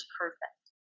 perfect